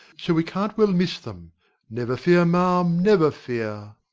so we can't well miss them never fear, ma'am, never fear.